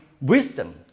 wisdom